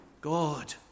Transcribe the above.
God